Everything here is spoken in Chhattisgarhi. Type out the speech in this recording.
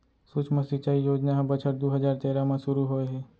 सुक्ष्म सिंचई योजना ह बछर दू हजार तेरा म सुरू होए हे